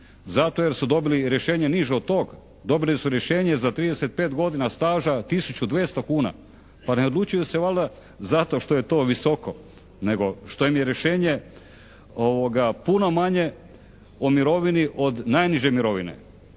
Zato jer su dobili rješenje niže od toga. Dobili su rješenje za 35 godina staža tisuću 200 kuna. Pa ne odlučuju se valjda zato što je to visoko nego što im je rješenje puno manje o mirovini od najniže mirovine.